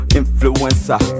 influencer